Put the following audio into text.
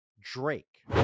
Drake